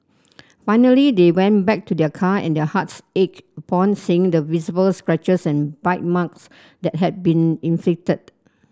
finally they went back to their car and their hearts ached upon seeing the visible scratches and bite marks that had been inflicted